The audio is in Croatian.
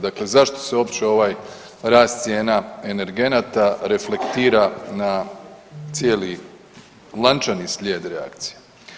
Dakle zašto se uopće ovaj rast cijena energenata reflektira na cijeli lančani slijed reakcija.